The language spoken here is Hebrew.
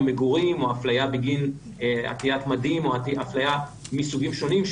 מגורים או אפליה בגין עטיית מדים או אפליה מסוגים שונים,